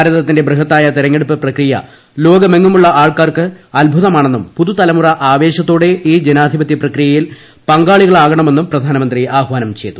ഭാരതൃത്തിന്റെ ബൃഹത്തായ തെരഞ്ഞെടുപ്പ് പ്രക്രിയ ലോകമെങ്ങുമുള്ള ആൾക്കാർക്ക് അത്ഭുതമാണെന്നും പുതു തലമുറ ആവേശത്തോടെ ജനാധിപത്യ പ്രക്രിയയിൽ ഈ പങ്കാളികാളാകണമെന്നും പ്രധാനമന്ത്രി ആഹ്വാനം ചെയ്തു